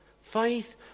faith